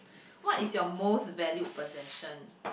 what is your most valued possession